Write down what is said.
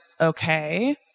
okay